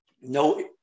No